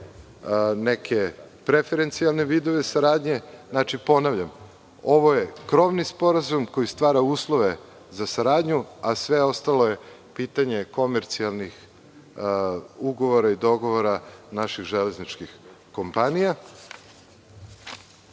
neke preferencijalne vidove saradnje. Ponavljam, ovo je krovni sporazum koji stvara uslove za saradnju, a sve ostalo je pitanje komercijalnih ugovora i dogovora naših železničkih kompanija. Imamo